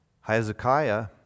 Hezekiah